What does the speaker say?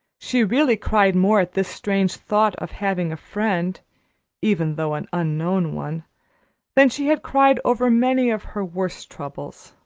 she really cried more at this strange thought of having a friend even though an unknown one than she had cried over many of her worst troubles.